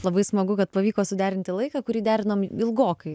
labai smagu kad pavyko suderinti laiką kurį derinom ilgokai